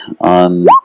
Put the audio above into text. on